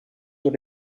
door